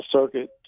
circuit